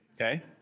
okay